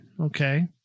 okay